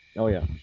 oh yeah.